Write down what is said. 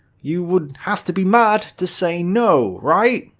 you would have to be mad to say no, right?